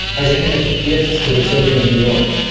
as a kind of gift to the children of new york.